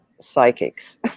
psychics